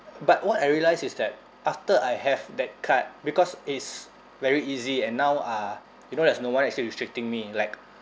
but what I realise is that after I have that card because it's very easy and now uh you know there's no one actually restricting me like